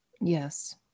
Yes